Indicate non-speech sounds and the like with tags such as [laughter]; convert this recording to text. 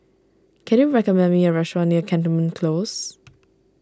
can you recommend me a restaurant near Cantonment Close [noise]